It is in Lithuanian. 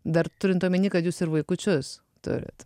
dar turint omeny kad jūs ir vaikučius turit